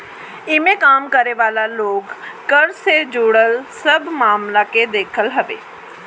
इमें काम करे वाला लोग कर से जुड़ल सब मामला के देखत हवे